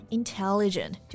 intelligent